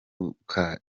duca